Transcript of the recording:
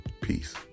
Peace